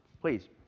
please